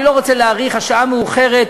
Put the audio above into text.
אני לא רוצה להאריך, השעה מאוחרת.